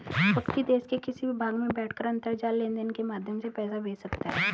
व्यक्ति देश के किसी भी भाग में बैठकर अंतरजाल लेनदेन के माध्यम से पैसा भेज सकता है